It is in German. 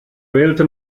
wählte